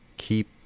keep